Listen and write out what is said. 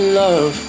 love